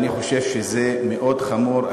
אני חושב שזה מאוד חמור,